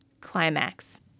climax